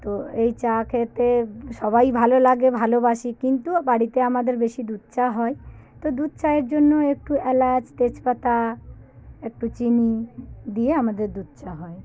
তো এই চা খেতে সবাই ভালো লাগে ভালোবাসি কিন্তু বাড়িতে আমাদের বেশি দুধ চা হয় তো দুধ চায়ের জন্য একটু এলাচ তেজপাতা একটু চিনি দিয়ে আমাদের দুধ চা হয়